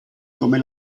come